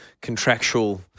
contractual